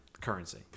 currency